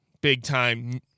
big-time